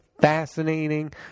fascinating